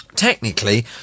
technically